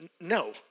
no